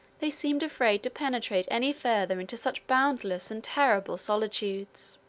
they seemed afraid to penetrate any further into such boundless and terrible solitudes.